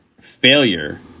failure